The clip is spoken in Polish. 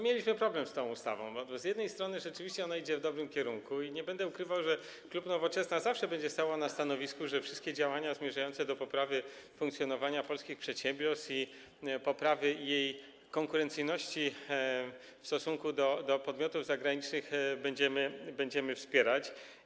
Mieliśmy problem z tą ustawą, bo rzeczywiście ona idzie w dobrym kierunku, a nie będę ukrywał, że klub Nowoczesna zawsze będzie stał na stanowisku, że wszystkie działania zmierzające do poprawy funkcjonowania polskich przedsiębiorstw i poprawy konkurencyjności w stosunku do podmiotów zagranicznych są godne poparcia i my będziemy je wspierać.